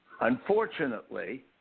Unfortunately